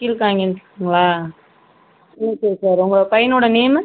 கீழ்தாங்கி okay sir உங்கள் பையனோட name